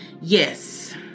yes